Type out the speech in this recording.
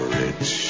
rich